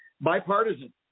bipartisan